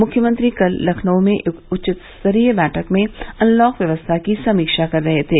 मुख्यमंत्री कल लखनऊ में एक उच्चस्तरीय बैठक में अनलॉक व्यवस्था की समीक्षा कर रहे थे